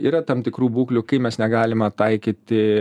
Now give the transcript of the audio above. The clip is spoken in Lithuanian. yra tam tikrų būklių kai mes negalime taikyti